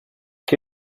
che